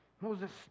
Moses